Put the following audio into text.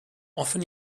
often